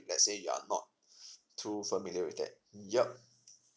if let's say you're not too familiar with that yup